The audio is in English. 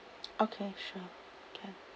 okay sure can